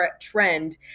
trend